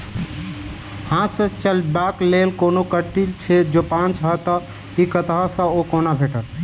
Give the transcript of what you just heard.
हाथ सऽ चलेबाक लेल कोनों कल्टी छै, जौंपच हाँ तऽ, इ कतह सऽ आ कोना भेटत?